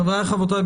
חבריי וחברותיי,